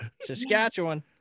Saskatchewan